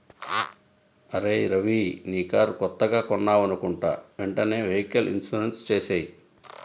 అరేయ్ రవీ నీ కారు కొత్తగా కొన్నావనుకుంటా వెంటనే వెహికల్ ఇన్సూరెన్సు చేసేయ్